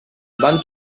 van